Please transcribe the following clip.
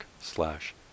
slash